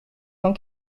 dans